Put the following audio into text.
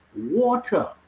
water